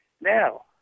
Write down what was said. Now